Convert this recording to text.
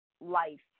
life